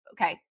okay